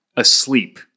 asleep